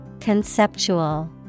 Conceptual